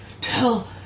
tell